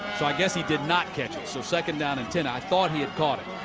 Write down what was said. so i guess he did not catch it. so second down and ten. i thought he had caught it.